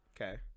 Okay